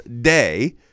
day